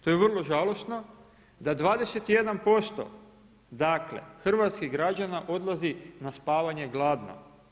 To je vrlo žalosno da 21% dakle, hrvatskih građana odlazi na spavanje gladno.